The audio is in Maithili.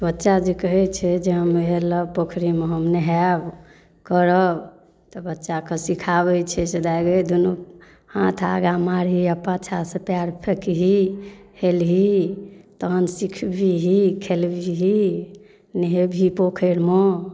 बच्चा जे कहै छै जे हम हेलब पोखरिमे हम नहायब करब तऽ बच्चाके सिखाबै छियै से दाइ गै दुनू हाथ आगाँ मारही आओर पाछाँसँ पयर फेकही हेलही तहन सिखबिही खेलबिही नेहेबही पोखरिमे